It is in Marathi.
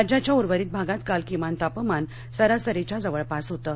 राज्याच्या उर्वरित भागात काल किमान तापमान सरसरीच्या जवळपास होतं